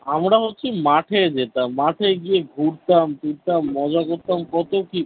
আমরা হচ্ছে মাঠে যেতাম মাঠে গিয়ে ঘুরতাম ফিরতাম মজা করতাম কতো কী